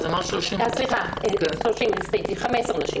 סליחה, 15 נשים